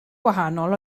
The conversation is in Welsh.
wahanol